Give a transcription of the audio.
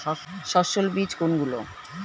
সস্যল বীজ কোনগুলো?